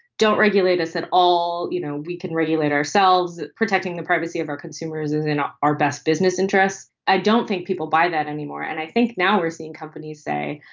don't regulators at all? you know, we can regulate ourselves. protecting the privacy of our consumers is in ah our best business interests. i don't think people buy that anymore. and i think now we're seeing companies say,